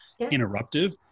interruptive